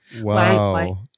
wow